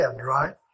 right